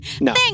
no